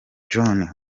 john